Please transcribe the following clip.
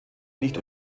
nicht